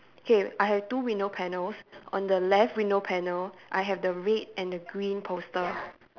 K I have two window panels on the left window panel I have the red and the green poster